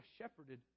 shepherded